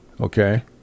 Okay